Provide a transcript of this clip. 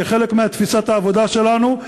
כחלק מתפיסת העבודה שלנו,